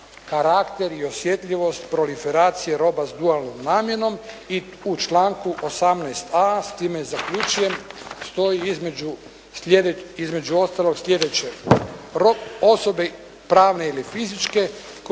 karakter i osjetljivost proliferacija roba sa dualnom namjenom. I u članku 18.a, s time zaključujem stoji između ostaloga sljedeće. Osobe pravne ili fizičke koje